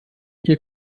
ihr